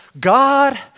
God